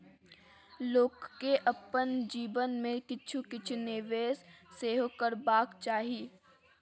लोककेँ अपन जीवन मे किछु किछु निवेश सेहो करबाक चाही